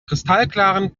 kristallklaren